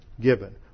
given